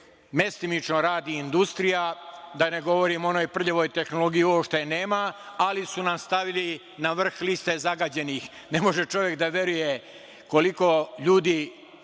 mestimično radi industrija, da ne govorim o onoj prljavoj tehnologiji što je nema, ali su nas stavili na vrh liste zagađenih. Ne može čovek da veruje koliko su ljudi